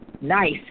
nice